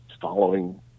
following